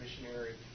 missionary